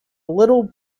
little